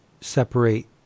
separate